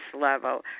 level